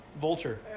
Vulture